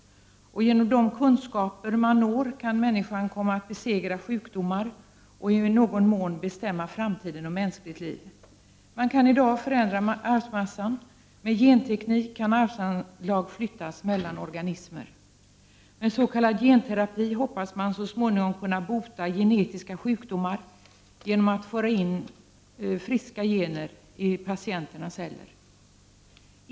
Genom de kunskaper man når kan människan komma att besegra sjukdomar och i någon mån bestämma framtiden och mänskligt liv. Man kan i dag förändra arvsmassan. Med genteknik kan arvsanlag flyttas mellan olika organismer. Med s.k. genterapi hoppas man så småningom kunna bota genetiska sjukdomar genom att föra in ”friska” gener i patienternas celler.